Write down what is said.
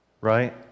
Right